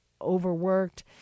overworked